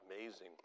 Amazing